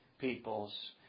peoples